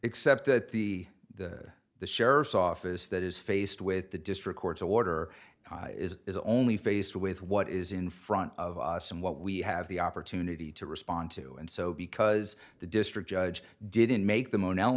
except that the the sheriff's office that is faced with the district court's order is is only faced with what is in front of some what we have the opportunity to respond to and so because the district judge didn't make the moon l